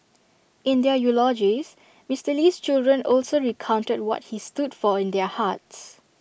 in their eulogies Mister Lee's children also recounted what he stood for in their hearts